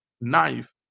knife